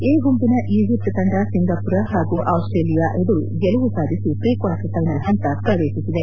A ಗುಂಪಿನ Egypt ತಂಡ Singapore ಹಾಗೂ ಆಸ್ವೇಲಿಯಾ ಎದುರು ಗೆಲುವು ಸಾಧಿಸಿ ಪ್ರೀ ಕ್ವಾರ್ಟರ್ ಫೈನಲ್ ಹಂತ ಪ್ರವೇಶಿಸಿದೆ